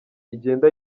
igenda